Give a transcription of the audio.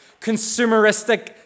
consumeristic